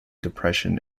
depression